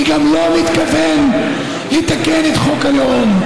וגם לא מתכוון לתקן את חוק הלאום.